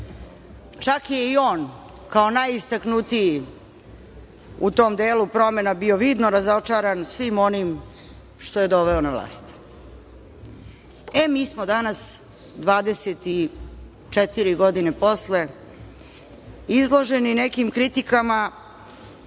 čak je i on, kao najistaknutiji u tom delu promena, bio vidno razočaran svim onim što je doveo na vlast.E, mi smo danas, 24 godine posle, izloženi nekim kritikama